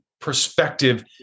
perspective